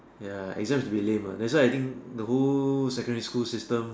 ya exam a bit lame uh that's why I think the whole secondary school system